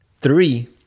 three